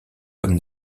comme